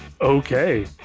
Okay